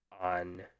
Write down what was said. on